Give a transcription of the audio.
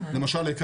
למשל,